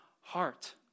heart